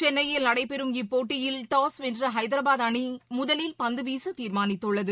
சென்னையில் நடைபெறும் இப்போட்டியில் டாஸ் வென்ற ஹைதரா பாத் அணி முதலில் பந்துவீச தீர் மானித்துள்ளது